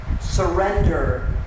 Surrender